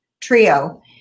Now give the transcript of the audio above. trio